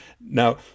Now